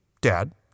Dad